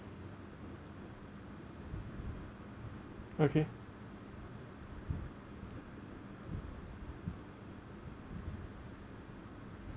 okay